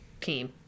team